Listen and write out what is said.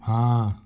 हाँ